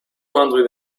hundred